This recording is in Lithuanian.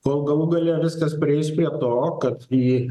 kol galų gale viskas prieis prie to kad į